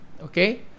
Okay